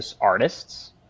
artists